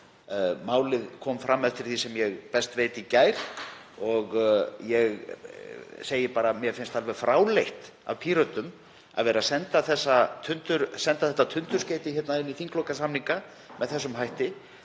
Málið kom fram, eftir því sem ég best veit, í gær. Mér finnst alveg fráleitt af Pírötum að vera að senda þetta tundurskeyti inn í þinglokasamninga með þessum hætti